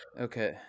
Okay